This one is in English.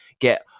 get